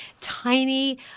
tiny